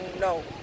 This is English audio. no